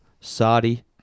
Saudi